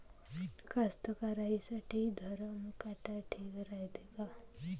कास्तकाराइसाठी धरम काटा ठीक रायते का?